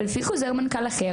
לפי חוזר מנכ"ל אחר,